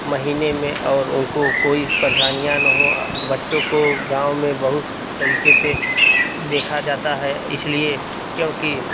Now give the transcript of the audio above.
महीने में और उनको कोई इस परेशानियाँ ना हो बच्चों को गाँव में बहुत तरीके से देखा जाता है इसलिए क्योंकि